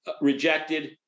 rejected